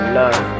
love